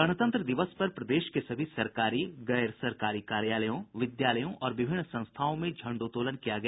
गणतंत्र दिवस पर प्रदेश के सभी सरकारी गैर सरकारी कार्यालयों विद्यालयों और विभिन्न संस्थाओं में झंडोत्तोलन किया गया